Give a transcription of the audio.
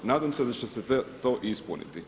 Nadam se da će se to i ispuniti.